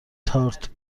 تارت